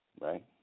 right